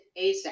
ASAP